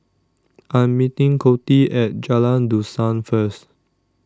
I Am meeting Coty At Jalan Dusan First